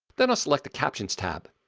then i'll select the captions tab.